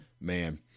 man